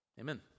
Amen